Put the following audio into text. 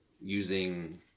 using